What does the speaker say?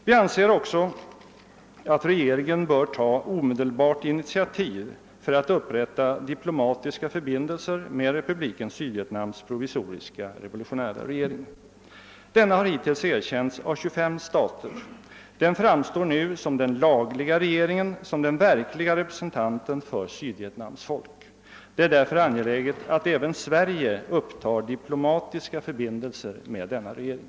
Vi anser också att regeringen bör ta omedelbart initiativ för att upprätta diplomatiska förbindelser med Republiken Sydvietnams provisoriska revolutionära regering. Denna har hittills erkänts av 25 stater. Den framstår nu som den lagliga regeringen, som den verkliga representanten för Sydvietnams folk. Det är därför angeläget att även Sverige upptar diplomatiska förbindelser med denna regering.